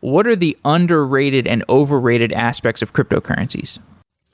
what are the underrated and overrated aspects of cryptocurrencies?